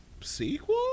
sequel